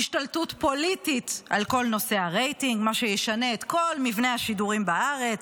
השתלטות פוליטית על כל נושא הרייטינג שתשנה את כל מבנה השידורים בארץ,